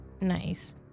nice